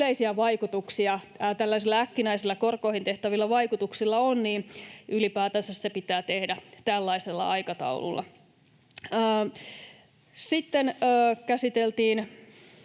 vaikutuksia tällaisilla äkkinäisillä, korkoihin tehtävillä vaikutuksilla on, se pitää ylipäätänsä tehdä tällaisella aikataululla. Sitten käsiteltiin